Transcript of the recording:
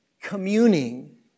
communing